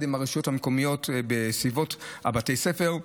עם הרשויות המקומיות בסביבות בתי הספר,